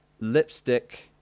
lipstick